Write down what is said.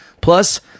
plus